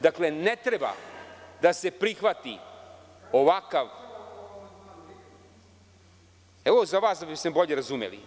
Dakle, ne treba da se prihvati ovakav, evo za vas da biste bolje razumeli.